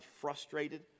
frustrated